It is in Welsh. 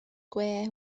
gwe